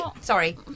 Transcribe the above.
Sorry